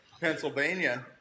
Pennsylvania